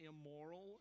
immoral